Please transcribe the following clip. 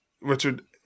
Richard